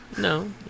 no